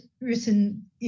written